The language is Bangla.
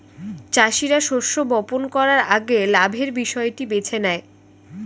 চাষীরা শস্য বপন করার আগে লাভের বিষয়টি বেছে নেয়